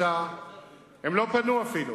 הם לא פנו אפילו,